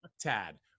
Tad